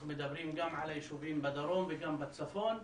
אנחנו מדברים גם על היישובים בדרום וגם בצפון,